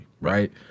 right